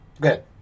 good